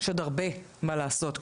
יש עוד הרבה מה לעשות,